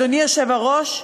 אדוני היושב-ראש,